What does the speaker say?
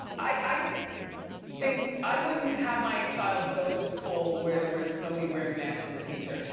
i think i wouldn't have my child go to a school where there was nobody wearing a mask but the teacher,